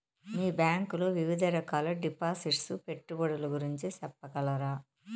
మీ bank లో వివిధ రకాల డిపాసిట్స్, పెట్టుబడుల గురించి సెప్పగలరా?